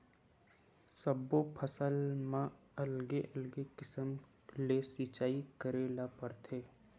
सब्बो फसल म अलगे अलगे किसम ले सिचई करे ल परथे